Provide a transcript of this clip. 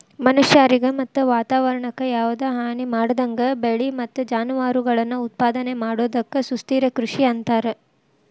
ಮನಷ್ಯಾರಿಗೆ ಮತ್ತ ವಾತವರಣಕ್ಕ ಯಾವದ ಹಾನಿಮಾಡದಂಗ ಬೆಳಿ ಮತ್ತ ಜಾನುವಾರಗಳನ್ನ ಉತ್ಪಾದನೆ ಮಾಡೋದಕ್ಕ ಸುಸ್ಥಿರ ಕೃಷಿ ಅಂತಾರ